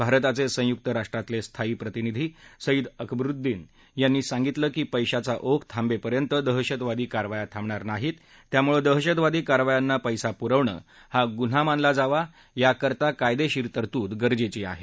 भारताचे संयुक राष्ट्रातले स्थायी प्रतिनिधी सईद अकबरुद्दीन यांनी सांगितलं की पैशाचा ओघ थांबेपर्यंत दहशतवादी कारवाया थांबणार नाहीत त्यामुळं दहशतवादी कारवायांना पैसा पुरवणं हा गुन्हा मानला जावा याकरता कायदेशीर तरतूद गरजेची आहे